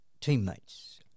teammates